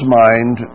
mind